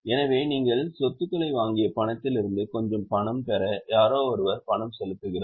எனவே நீங்கள் சொத்துக்களை வாங்கிய பணத்திலிருந்து கொஞ்சம் பணம் பெற யாரோ ஒருவர் பணம் செலுத்துகிறார்